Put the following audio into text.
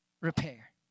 repair